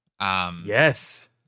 Yes